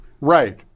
Right